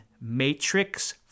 Matrix